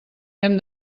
hem